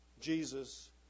Jesus